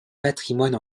patrimoine